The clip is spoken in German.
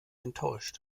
enttäuscht